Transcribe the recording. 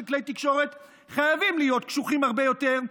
של כלי תקשורת חייבים להיות קשוחים הרבה יותר.